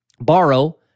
borrow